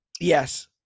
Yes